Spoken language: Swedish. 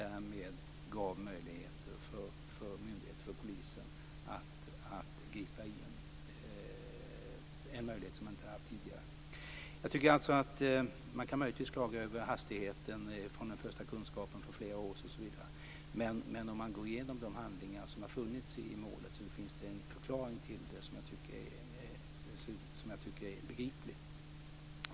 Därmed gavs möjligheter för polisen att gripa in, en möjlighet som man inte hade haft tidigare. Man kan möjligtvis klaga över hastigheten i förfarandet sedan den första kunskapen i frågan för flera år sedan, men om man går igenom de handlingar som har funnits i målet finns det en begriplig förklaring.